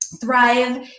Thrive